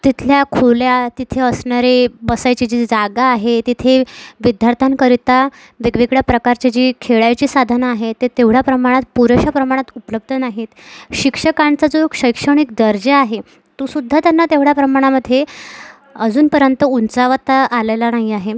तिथल्या खोल्या तिथे असणारे बसायची जी जागा आहे तिथे विद्यार्थ्यांकरिता वेगवेगळ्या प्रकारची जी खेळायची साधनं आहे ते तेवढ्या प्रमाणात पुरेशा प्रमाणात उपलब्ध नाहीत शिक्षकांचा जो शैक्षणिक दर्जा आहे तो सुद्धा त्यांना तेवढ्या प्रमाणामधे अजूनपर्यंत उंचावता आलेला नाही आहे